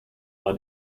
war